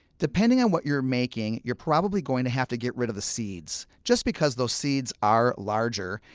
depending on what you're making, you're probably going to have to get rid of the seeds, just because those seeds are larger,